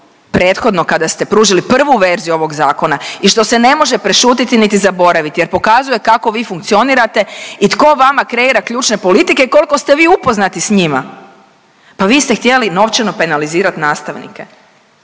prethodno kada ste pružili prvu verziju ovog zakona i što se ne može prešutiti niti zaboraviti jer pokazuje kako vi funkcionirate i tko vama kreira ključne politike i koliko ste vi upoznati s njima. Pa vi ste htjeli novčano penalizirat nastavnike,